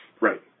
Right